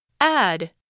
Add